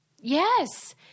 yes